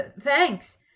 Thanks